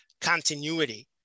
continuity